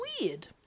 Weird